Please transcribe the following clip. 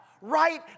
right